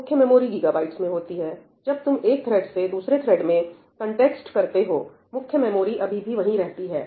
मुख्य memory gigabytes में होती है जब तुम एक थ्रेड से दूसरे थ्रेड में कन्टेक्स्ट करते हो मुख्य मेमोरी अभी भी वही रहती है